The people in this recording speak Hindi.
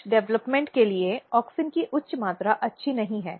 कुछ डेवलपमेंट के लिए ऑक्सिन की उच्च मात्रा अच्छी नहीं है